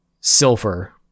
silver